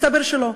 ומסתבר שלא.